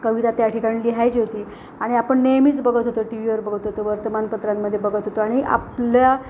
कविता त्या ठिकाणी लिहायची होती आणि आपण नेहमीच बघत होतो टी व्हीवर बघत होतो वर्तमानपत्रांमध्ये बघत होतो आणि आपल्या